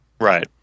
Right